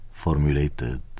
formulated